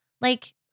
like-